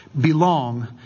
belong